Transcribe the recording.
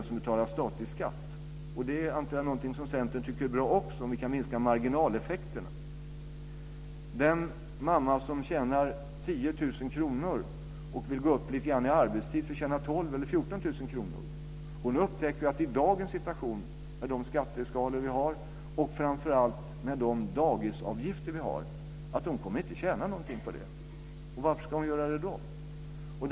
Jag antar att också Centern tycker att det är bra om vi kan minska marginaleffekterna. Den mamma som tjänar 10 000 kr och som vill gå upp lite grann i arbetstid för att tjäna 12 000 eller 14 000 kr upptäcker att med dagens situation, med de skatteskalor vi har och framför allt med de dagisavgifter vi har, kommer hon inte att tjäna någonting på det. Varför ska hon då göra det?